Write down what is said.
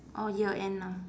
orh year end lah